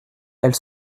elle